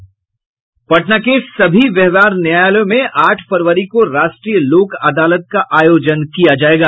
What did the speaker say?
पटना के सभी व्यावहार न्यायालयों में आठ फरवरी को राष्ट्रीय लोक अदालत का आयोजन किया जायेगा